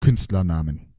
künstlernamen